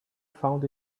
found